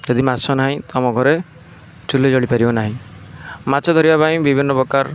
ଯଦି ମାଛ ନାହିଁ ତ ଆମ ଘରେ ଚୁଲି ଜଳି ପାରିବ ନାହିଁ ମାଛ ଧରିବା ପାଇଁ ବିଭିନ୍ନ ପ୍ରକାର